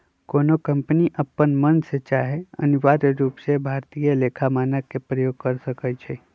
कोनो कंपनी अप्पन मन से चाहे अनिवार्य रूप से भारतीय लेखा मानक के प्रयोग कर सकइ छै